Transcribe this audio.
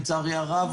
לצערי הרב,